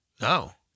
no